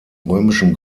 römischen